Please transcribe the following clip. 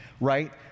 right